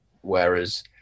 whereas